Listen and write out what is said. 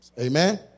Amen